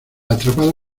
atrapado